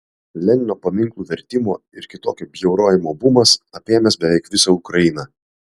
lenino paminklų vertimo ir kitokio bjaurojimo bumas apėmęs beveik visą ukrainą